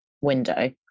window